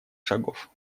шагов